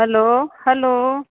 hello hello